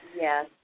Yes